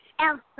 Elsa